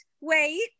wait